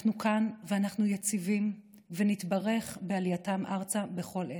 אנחנו כאן ואנחנו יציבים ונתברך בעלייתם ארצה בכל עת.